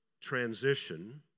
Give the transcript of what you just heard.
transition